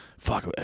fuck